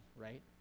Right